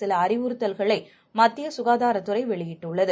சில அறிவுறுத்தல்களை மத்திய சுகாதாரத்துறை வெளியிட்டுள்ளது